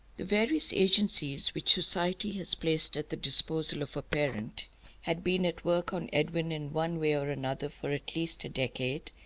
the various agencies which society has placed at the disposal of a parent had been at work on edwin in one way or another for at least a decade,